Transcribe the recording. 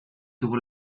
tuvo